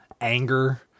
anger